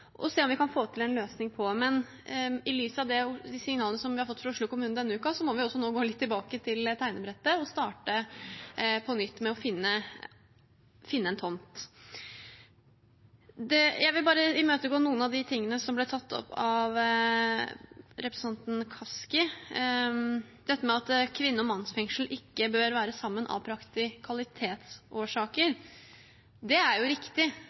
se om vi kan få til en løsning på. Men i lys av de signalene vi har fått fra Oslo kommune denne uken, må vi nå gå litt tilbake til tegnebrettet og starte på nytt med å finne en tomt. Jeg vil bare imøtegå noen av de tingene som ble tatt opp av representanten Kaski. Dette med at et kvinne- og mannsfengsel av praktikalitetsårsaker ikke bør være sammen, er jo riktig,